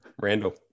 Randall